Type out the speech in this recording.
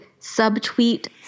subtweet